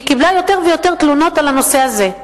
היא קיבלה יותר ויותר תלונות בנושא הזה.